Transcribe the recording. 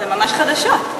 זה ממש חדשות.